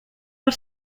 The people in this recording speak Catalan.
per